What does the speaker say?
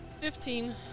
Fifteen